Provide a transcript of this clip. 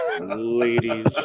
Ladies